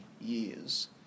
years